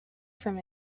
from